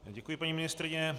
Děkuji, paní ministryně.